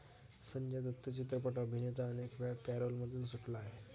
संजय दत्त चित्रपट अभिनेता अनेकवेळा पॅरोलमधून सुटला आहे